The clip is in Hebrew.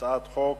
הצעת החוק